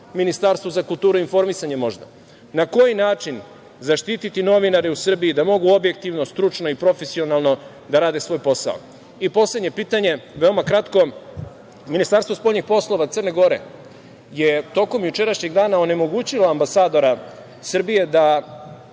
Ministarstvu za kulturu i informisanje možda – na koji način zaštititi novinare u Srbiji da mogu objektivno, stručno i profesionalno da rade svoj posao? Poslednje pitanje, veoma kratko – Ministarstvo spoljnih poslova Crne Gore je tokom jučerašnjeg dana onemogućilo ambasadora Srbije da